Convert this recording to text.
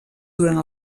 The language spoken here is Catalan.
durant